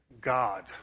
God